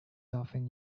often